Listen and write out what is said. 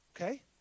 Okay